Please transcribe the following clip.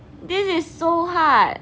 this is so hard